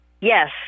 Yes